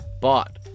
bought